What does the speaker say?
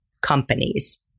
companies